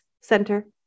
Center